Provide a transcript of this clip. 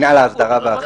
והמינהליים לאן הם מגיעים?